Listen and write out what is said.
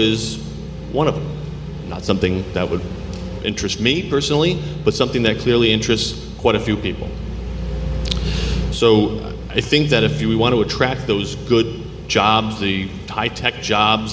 is one of the not so thing that would interest me personally but something that clearly interests quite a few people so i think that if you want to attract those good jobs the tie tech jobs